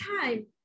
time